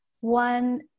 One